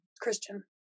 Christian